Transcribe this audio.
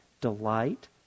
delight